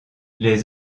les